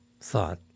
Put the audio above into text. thought